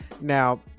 now